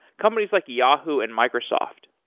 companies like yahoo and microsoft.